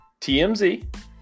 TMZ